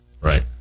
Right